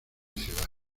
ciudad